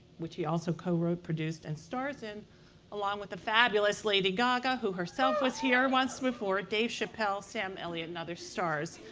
which he also co-wrote, produced, and stars in along the fabulous lady gaga, who herself was here once before dave chappelle, sam elliott and other stars.